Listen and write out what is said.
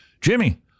Jimmy